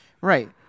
Right